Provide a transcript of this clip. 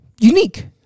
unique